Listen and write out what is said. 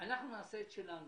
אנחנו נעשה את שלנו.